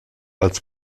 als